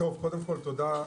קודם כל תודה,